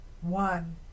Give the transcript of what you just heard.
One